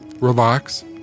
relax